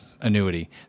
annuity